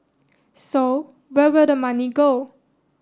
so where will the money go